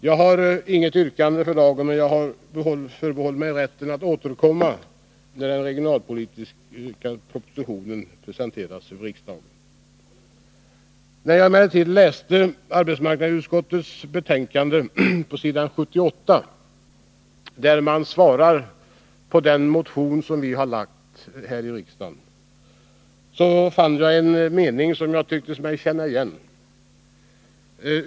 Jag har inget yrkande för dagen, men jag förbehåller mig rätten att återkomma när den regionalpolitiska propositionen presenteras för riksdagen. När jag läste vad som står på s. 78 i arbetsmarknadsutskottets betänkande, där man behandlar bl.a. motion 277, fann jag emellertid ett par meningar som jag tyckte mig känna igen.